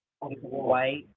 White